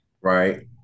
right